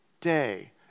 day